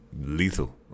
lethal